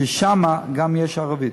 שם גם יש ערבית.